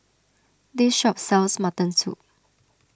this shop sells Mutton Soup